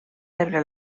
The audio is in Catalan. rebre